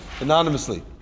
anonymously